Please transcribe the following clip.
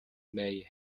may